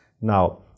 Now